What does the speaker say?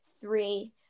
three